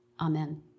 Amen